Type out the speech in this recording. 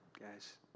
Guys